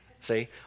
See